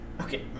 Okay